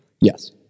Yes